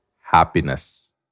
happiness